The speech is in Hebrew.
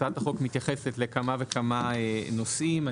הצעת החוק מתייחסת לכמה וכמה נושאים.